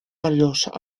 varios